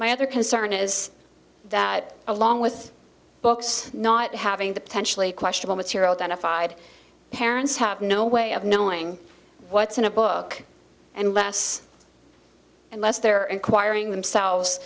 my other concern is that along with books not having the potentially questionable material that a fide parents have no way of knowing what's in a book and less unless they're inquiring themselves